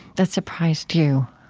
that surprised you?